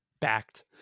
Backed